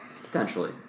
potentially